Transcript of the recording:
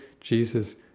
Jesus